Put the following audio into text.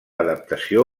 adaptació